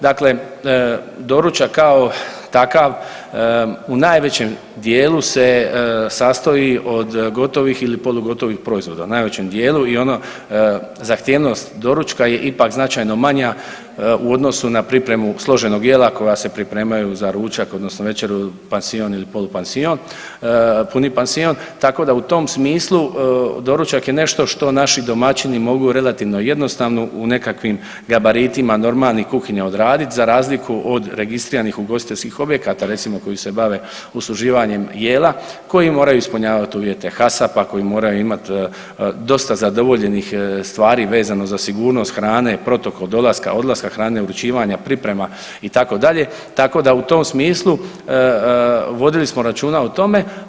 Dakle, doručak kao takav u najvećem dijelu se sastoji od gotovih ili polugotovih proizvoda, najvećem dijelu i ono zahtjevnost doručka je ipak značajno manja u odnosu na pripremu složenog jela koja se pripremaju za ručak odnosno večeru, pansion ili polupansion, puni pansion, tako da u tom smislu doručak je nešto što naši domaćini mogu relativno jednostavno u nekakvim gabaritima normalnih kuhinja odradit za razliku od registriranih ugostiteljskih objekata recimo koji se bave usluživanjem jela, koji moraju ispunjavati uvjete HACCP-a, koji moraju imati dosta zadovoljenih stvari vezano za sigurnost hrane, protokol dolaska, odlaska hrane, uručivanje, priprema itd., tako da u tom smislu vodili smo računa o tome.